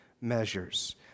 measures